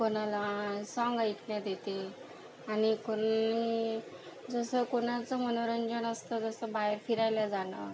कोणाला साँग ऐकण्यात येते आणि कोनी जसं कोणाचं मनोरंजन असतं जसं बाहेर फिरायला जाणं